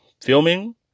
filming